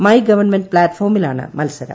my government പ്ലാറ്റ്ഫോമില്ലാണ് മത്സരം